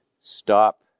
stop